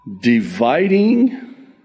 Dividing